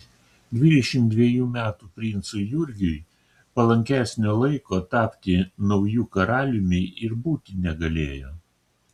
dvidešimt dvejų metų princui jurgiui palankesnio laiko tapti nauju karaliumi ir būti negalėjo